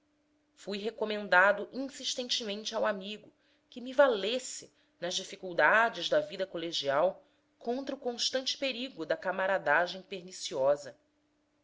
fui recomendado insistidamente ao amigo que me valesse nas dificuldades da vida colegial contra o constante perigo da camaradagem perniciosa